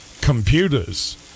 computers